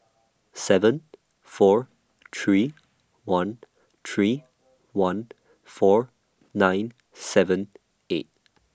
seven four three one three one four nine seven eight